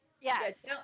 Yes